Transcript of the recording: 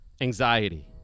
anxiety